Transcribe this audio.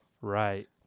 Right